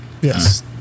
Yes